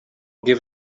give